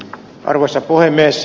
arvoisa puhemies